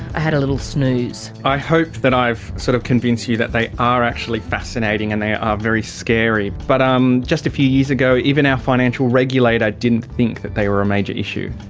had a little snooze. i hope that i've sort of convinced you that they are actually fascinating and they are very scary. but um just a few years ago even our financial regulator didn't think that they were a major issue.